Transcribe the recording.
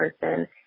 person